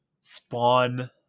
spawn